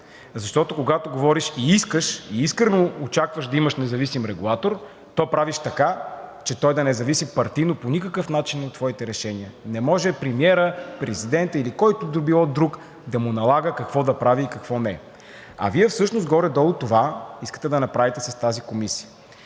Защото, когато говориш и искаш, и искрено очакваш да имаш независим регулатор, правиш така, че той да не зависи партийно по никакъв начин от твоите решения. Не може премиерът, президентът или който и да било друг да му налага какво да прави и какво не. А Вие всъщност горе-долу това искате да направите с тази комисия.